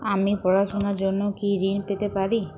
আমি পড়াশুনার জন্য কি ঋন পেতে পারি?